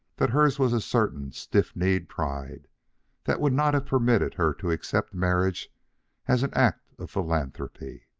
that hers was a certain stiff-kneed pride that would not have permitted her to accept marriage as an act of philanthropy.